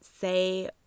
say